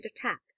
attack